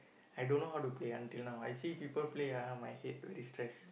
I don't know how to play until now I see people play ah my head very stress